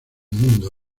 mundo